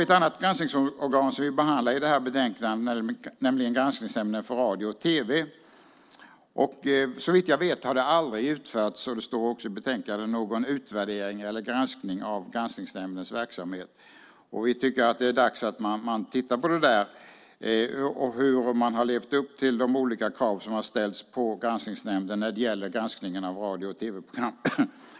Ett annat granskningsorgan som vi behandlar i det här betänkandet är Granskningsnämnden för radio och tv. Såvitt jag vet har det aldrig utfärdats - det står också i betänkandet - någon utvärdering eller granskning av Granskningsnämndens verksamhet. Vi tycker att det är dags att man tittar på hur man har levt upp till de krav som har ställts på Granskningsnämnden när det gäller granskningen av radio och tv-program.